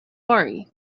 worry